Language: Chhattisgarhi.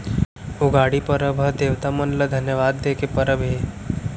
उगादी परब ह देवता मन ल धन्यवाद दे के परब हे